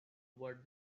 what